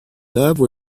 love